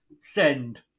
Send